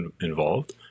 involved